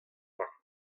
war